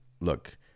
look